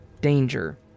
danger